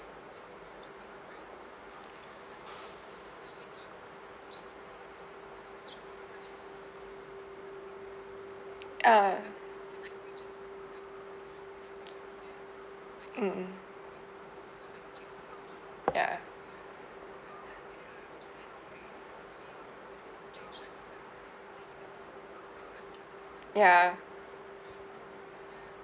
err mmhmm ya ya